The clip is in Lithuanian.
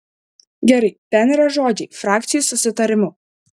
gerai ten yra žodžiai frakcijų susitarimu